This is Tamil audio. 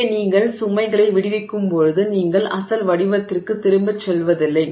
இங்கே நீங்கள் சுமைகளை விடுவிக்கும்போது நீங்கள் அசல் வடிவத்திற்கு திரும்பிச் செல்வதில்லை